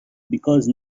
because